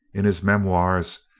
in his memoirs,